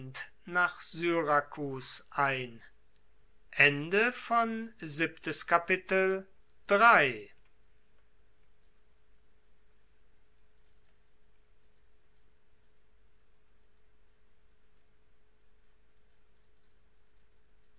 nach syrakus ein